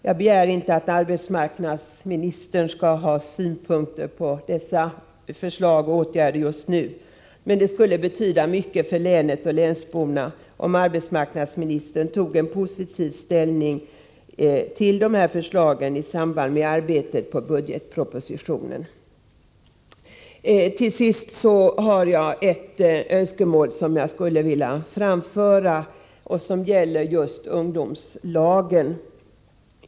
Jag begär inte att arbetsmarknadsministern skall ha synpunkter på dessa förslag och åtgärder just nu. Men det skulle betyda mycket för länet och länsborna om arbetsmarknadsministern tog positiv ställning till de här förslagen i samband med arbetet på budgetpropositionen. Till sist vill jag framföra ett önskemål som gäller just ungdomslagen.